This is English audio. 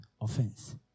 Offense